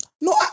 No